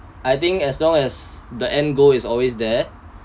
I think as long as the end goal is always there